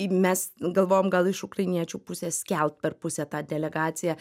mes galvojom gal iš ukrainiečių pusės skelt per pusę tą delegaciją